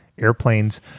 airplanes